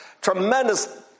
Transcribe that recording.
tremendous